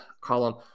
column